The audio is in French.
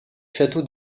château